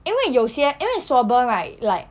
因为有些因为 swabber right like